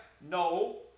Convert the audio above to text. no